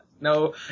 No